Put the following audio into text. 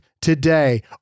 Today